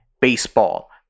baseball